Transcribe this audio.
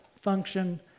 function